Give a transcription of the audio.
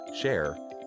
share